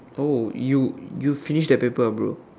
oh you you finished that paper ah bro